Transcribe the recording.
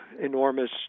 enormous